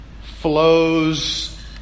flows